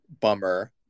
bummer